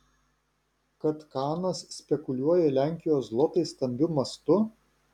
kad kanas spekuliuoja lenkijos zlotais stambiu mastu